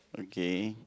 okay